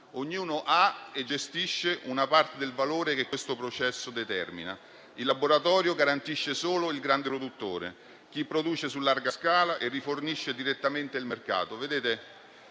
Ognuno ha e gestisce una parte del valore che questo processo determina. Il laboratorio garantisce solo il grande produttore, chi produce su larga scala e rifornisce direttamente il mercato.